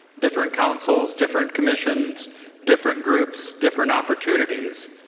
different councils different commissions different groups different opportunities.